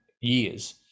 years